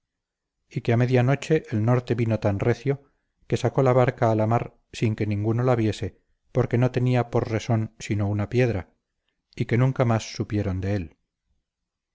y que a media noche el norte vino tan recio que sacó la barca a la mar sin que ninguno la viese porque no tenía por resón sino una piedra y que nunca más supieron de él